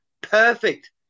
perfect